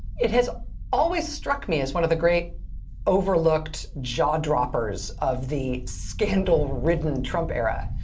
it has always struck me as one of the great overlooked jaw-droppers of the scandal-ridden trump era.